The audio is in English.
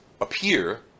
appear